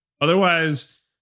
Otherwise